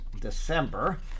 December